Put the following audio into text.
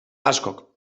askok